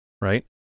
Right